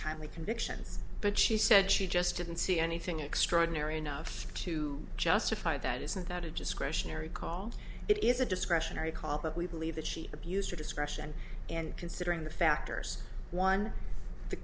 y convictions but she said she just didn't see anything extraordinary enough to justify that isn't that a discretionary call it is a discretionary call but we believe that she abused her discretion and considering the factors one the